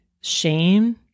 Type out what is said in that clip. shame